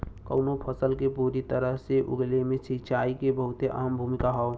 कउनो फसल के पूरी तरीके से उगले मे सिंचाई के बहुते अहम भूमिका हौ